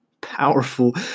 powerful